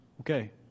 Okay